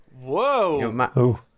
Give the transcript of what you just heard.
whoa